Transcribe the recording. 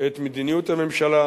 את מדיניות הממשלה,